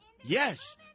Yes